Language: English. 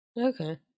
Okay